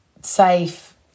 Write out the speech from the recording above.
safe